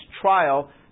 trial